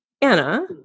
Anna